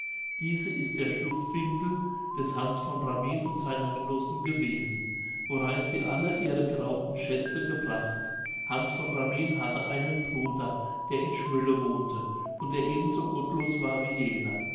diese ist der schlupfwinkel des hans von ramin und seiner genossen gewesen worein sie alle ihre geraubten schätze gebracht hans von ramin hatte einen bruder der in schmölle wohnte und der eben so gottlos war wie jener